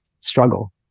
struggle